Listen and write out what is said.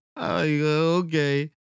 Okay